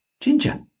Ginger